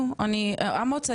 אמוץ,